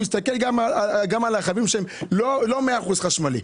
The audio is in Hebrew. הוא הסתכל גם על הרכבים שהם לא מאה אחוז חשמלי.